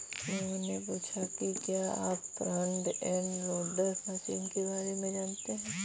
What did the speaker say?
मोहन ने पूछा कि क्या आप फ्रंट एंड लोडर मशीन के बारे में जानते हैं?